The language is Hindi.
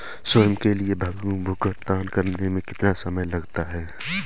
स्वयं के लिए भुगतान करने में कितना समय लगता है?